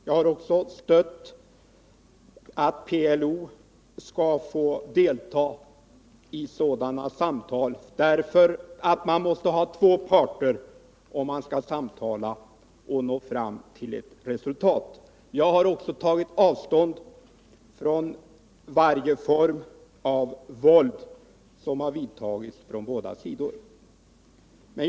Jag har också ansett att PLO skall få delta i sådana samtal, därför att det måste finnas två parter om man skall kunna samtala och nå fram till resultat. Vidare har jag tagit avstånd från varje form av våld, vilken sida som än tillgripit det.